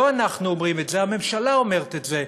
לא אנחנו אומרים את זה, הממשלה אומרת את זה.